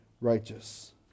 righteous